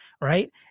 right